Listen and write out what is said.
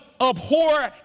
abhor